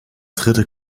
dritte